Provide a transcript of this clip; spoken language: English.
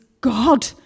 God